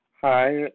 Hi